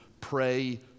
pray